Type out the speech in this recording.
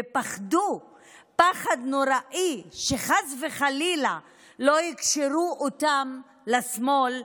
ופחדו פחד נוראי שחס וחלילה לא יקשרו אותם לשמאל,